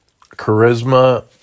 charisma